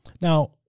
Now